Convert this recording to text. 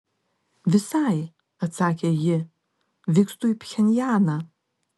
visai atsakė ji vykstu į pchenjaną